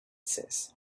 says